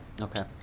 Okay